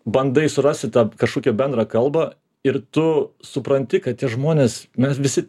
bandai surasti tą kažkokią bendrą kalbą ir tu supranti kad tie žmonės mes visi